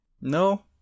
No